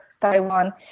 Taiwan